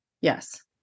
Yes